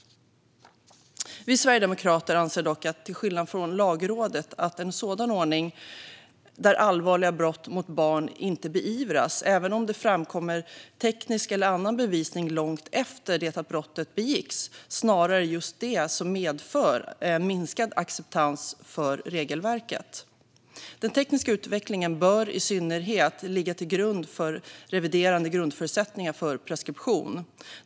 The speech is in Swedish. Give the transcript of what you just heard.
Sverigedemokrater anser, till skillnad från Lagrådet, att en ordning där allvarliga brott mot barn inte beivras - även om teknisk eller annan bevisning framkommer långt efter det att brottet begicks - snarare är just det som medför en minskad acceptans för regelverket. Den tekniska utvecklingen bör i synnerhet ligga till grund för reviderade grundförutsättningar för preskription.